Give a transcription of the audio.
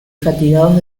fatigados